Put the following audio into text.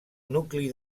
nucli